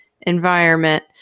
environment